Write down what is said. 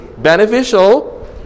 Beneficial